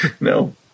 No